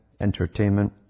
entertainment